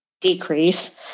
decrease